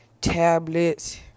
tablets